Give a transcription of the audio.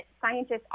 scientists